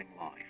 life